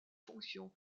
fonctions